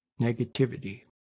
negativity